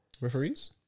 Referees